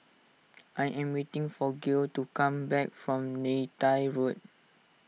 I am waiting for Gail to come back from Neythai Road